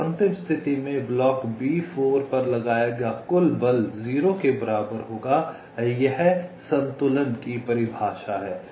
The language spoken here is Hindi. तो अंतिम स्थिति में ब्लॉक B4 पर लगाया गया कुल बल 0 के बराबर होगा यह संतुलन की परिभाषा है